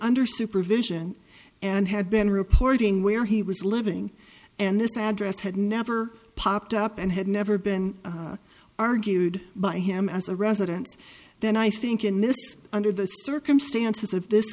under supervision and had been reporting where he was living and this address had never popped up and had never been argued by him as a resident then i think in this under the circumstances of this